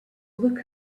look